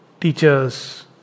teachers